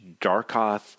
Darkoth